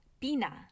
pina